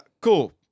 Cool